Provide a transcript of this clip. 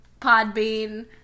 podbean